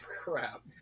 crap